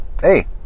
hey